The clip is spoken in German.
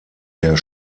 der